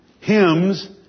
hymns